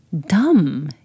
dumb